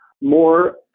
more